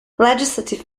legislative